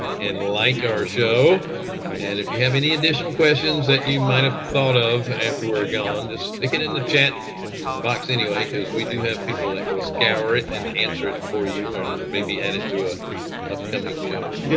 and like our show and if you have any additional questions that you might've thought of after we're gone, just stick it in the chat box anyway cause we do have people that will scour it and answer it for you and maybe add it to ah upcoming shows.